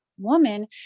woman